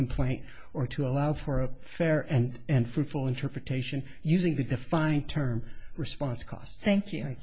complaint or to allow for a fair and fruitful interpretation using the defined term response costs thank you